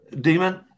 Demon